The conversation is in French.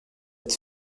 vite